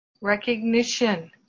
Recognition